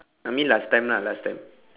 I mean last time lah last time